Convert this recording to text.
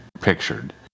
pictured